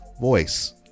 Voice